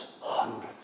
hundreds